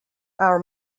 our